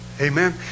Amen